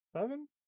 seven